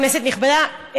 כנסת נכבדה,